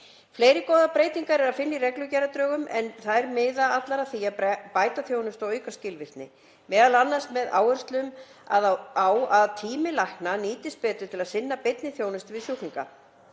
Fleiri góðar breytingar er að finna í reglugerðardrögum en þær miða allar að því að bæta þjónustu og auka skilvirkni, m.a. með áherslum á að tími lækna nýtist betur til að sinna beinni þjónustu við sjúklinga.